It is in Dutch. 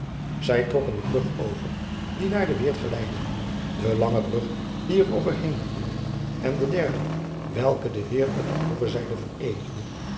zij trokken de brug over die naar den weert geleidde de lange brug die er over heen voerde en de derde welke den weert met de overzijde vereenigde